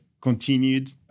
continued